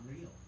real